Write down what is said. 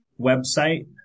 website